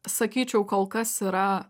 sakyčiau kol kas yra